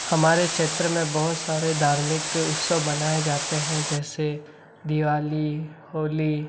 हमारे क्षेत्र में बहुत सारे धार्मिक उत्सव मनाए जाते हैं जैसे दिवाली होली